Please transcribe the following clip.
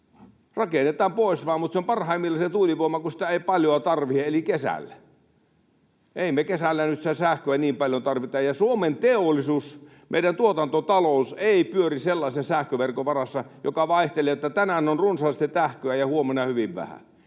Rakennetaan pois vaan, mutta se tuulivoima on parhaimmillaan, kun sitä ei paljoa tarvitse, eli kesällä. Ei me kesällä sähköä niin paljon tarvita. Suomen teollisuus, meidän tuotantotaloutemme, ei pyöri sellaisen sähköverkon varassa, joka vaihtelee, että tänään on runsaasti sähköä ja huomenna hyvin vähän,